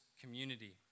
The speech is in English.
community